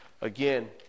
again